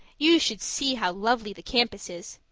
you should see how lovely the campus is.